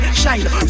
shine